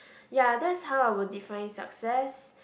ya that's how I would define success